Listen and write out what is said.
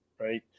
right